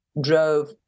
drove